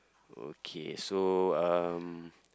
okay so um